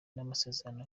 n’amasezerano